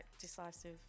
decisive